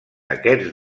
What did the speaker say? aquests